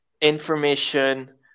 information